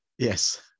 Yes